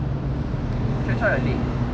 stretch out your leg